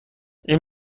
این